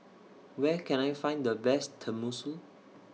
Where Can I Find The Best Tenmusu